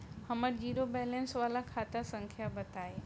हमर zero balance वाला खाता संख्या बताई?